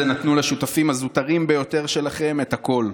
נתנו לשותפים הזוטרים ביותר שלכם את הכול.